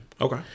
Okay